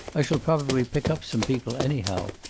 i shall probably pick up some people, anyhow.